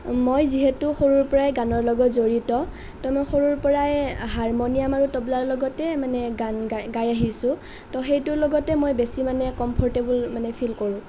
মই যিহেতু সৰুৰ পৰাই গানৰ লগত জড়িত সেইকাৰণে মই সৰুৰ পৰাই হাৰমনিয়াম আৰু তবলাৰ লগতে মানে গান গাই গায় আহিছোঁ সেইকাৰণে সেইটোৰ লগতে মই বেছি মানে কমফৰটেবল মানে ফিল কৰোঁ